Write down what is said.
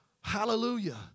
Hallelujah